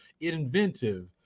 Inventive